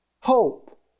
Hope